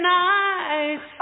nice